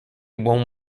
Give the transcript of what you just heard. one